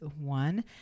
one